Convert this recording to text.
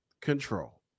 control